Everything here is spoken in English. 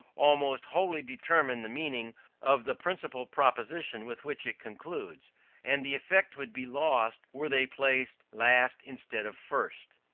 almost wholly determine the meaning of the principal proposition with which it concludes and the effect would be lost were they placed last instead of first.